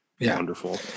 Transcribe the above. wonderful